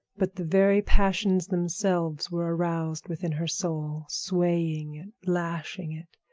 but the very passions themselves were aroused within her soul, swaying it, lashing it,